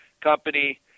company